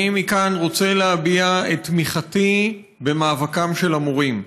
אני מכאן רוצה להביע את תמיכתי במאבקם של המורים.